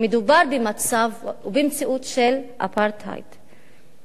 מדינת ישראל ביקשה למחוק תודעתית וגם פרקטית את "הקו